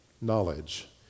Knowledge